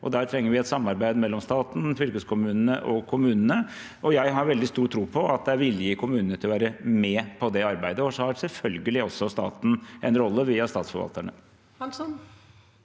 Der trenger vi et samarbeid mellom staten, fylkeskommunene og kommunene, og jeg har veldig stor tro på at det er vilje i kommunene til å være med på det arbeidet. Så har selvfølgelig også staten en rolle via statsforvalterne.